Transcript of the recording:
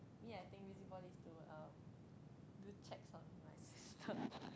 for me I think busybody is to um do checks on my sister